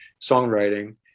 songwriting